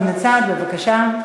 מן הצד, בבקשה.